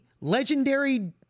legendary